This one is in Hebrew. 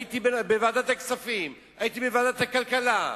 הייתי בוועדת הכספים, הייתי בוועדת הכלכלה.